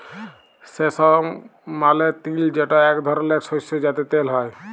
সেসম মালে তিল যেটা এক ধরলের শস্য যাতে তেল হ্যয়ে